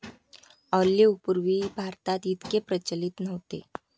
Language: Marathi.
ऑलिव्ह पूर्वी भारतात इतके प्रचलित नव्हते